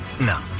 No